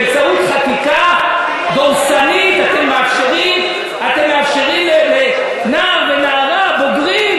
באמצעות חקיקה דורסנית אתם מאפשרים לנער ונערה בוגרים,